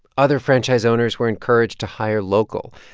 other franchise owners were encouraged to hire local.